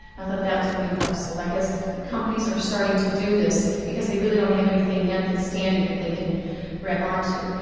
i thought that was pretty impressive. i guess companies are starting to do this because they really don't have anything yet that's standard that they can grab on to.